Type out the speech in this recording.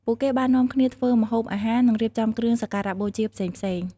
ពួកគេបាននាំគ្នាធ្វើម្ហូបអាហារ និងរៀបចំគ្រឿងសក្ការបូជាផ្សេងៗ។